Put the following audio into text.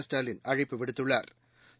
ஸ்டாலின் அழைப்பு விடுத்துள்ளாா்